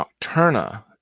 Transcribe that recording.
Nocturna